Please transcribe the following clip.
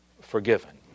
forgiven